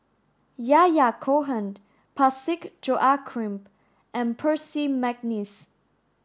Yahya Cohen Parsick Joaquim and Percy McNeice